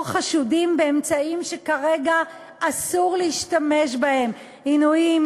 חשודים באמצעים שכרגע אסור להשתמש בהם: עינויים,